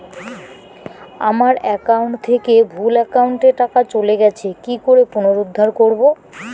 আমার একাউন্ট থেকে ভুল একাউন্টে টাকা চলে গেছে কি করে পুনরুদ্ধার করবো?